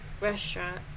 restaurant